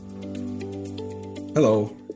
Hello